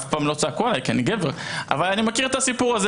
אני מכיר את הסיפור.